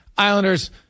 islanders